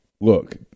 look